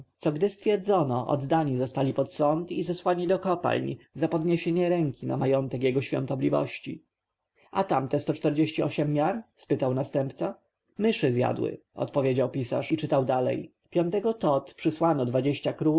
co gdy stwierdzono oddani zostali pod sąd i zesłani do kopalń za podniesienie ręki na majątek jego świątobliwości a tamte sto czterdzieści osiem miar spytał następca myszy zjadły odpowiedział pisarz i czytał dalej piątego to przysłano dwadzieścia